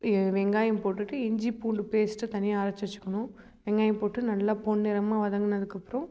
வெங்காயம் போட்டுட்டு இஞ்சி பூண்டு பேஸ்ட்டை தனியாக அரைச்சி வச்சிக்கணும் வெங்காயம் போட்டு நல்லா பொன்னிறமாக வதங்கினதுக்கப்றோம்